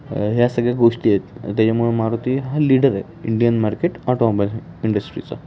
ह्या सगळ्या गोष्टी आहेत त्याच्यामुळं मारुती हा लीडर आहे इंडियन मार्केट ऑटोमोबाईल इंडस्ट्रीचा